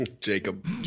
Jacob